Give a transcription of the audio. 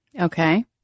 Okay